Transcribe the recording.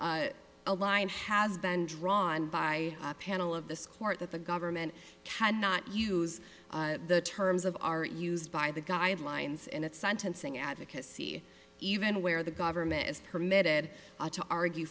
a line has been drawn by a panel of this court that the government cannot use the terms of are used by the guidelines in its sentencing advocacy even where the government is permitted to argue